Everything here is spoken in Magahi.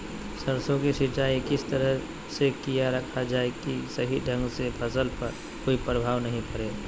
सरसों के सिंचाई किस तरह से किया रखा जाए कि सही ढंग से फसल पर कोई प्रभाव नहीं पड़े?